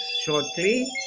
shortly